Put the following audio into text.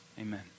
Amen